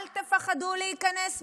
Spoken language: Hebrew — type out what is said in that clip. אל תפחדו להיכנס בהם,